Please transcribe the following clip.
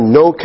no